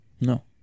No